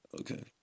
Okay